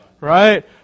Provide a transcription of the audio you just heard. Right